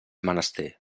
menester